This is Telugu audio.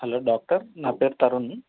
హలో డాక్టర్ నాపేరు తరుణ్